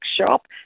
shop